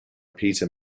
peter